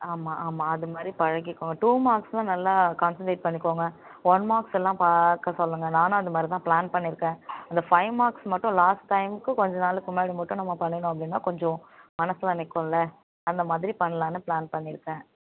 ஆமாம் ஆமாம் அதுமாதிரி பழகிக்கும் டூ மார்க்ஸ் நல்லா கான்சண்ட்ரேட் பண்ணிக்கோங்க ஒன் மார்க்ஸ் எல்லாம் பார்க்க சொல்லுங்கள் நானும் அந்தமாதிரி தான் ப்ளான் பண்ணிருக்கேன் அந்த ஃபைவ் மார்க்ஸ் மட்டும் லாஸ்ட் டைமுக்கு கொஞ்சம் நாளுக்கு முன்னாடி மட்டும் நம்ப பண்ணினோம் அப்படின்னா கொஞ்சம் மனசில் நிற்கும்ல அந்தமாதிரி பண்ணலான்னு ப்ளான் பண்ணிருக்கேன்